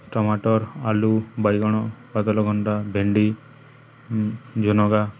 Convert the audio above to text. ଟମାଟର୍ ଆଳୁ ବାଇଗଣ ପାତଲଘଣ୍ଟା ଭେଣ୍ଡି ଜୁନ୍ଗା